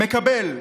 מקבל.